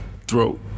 throat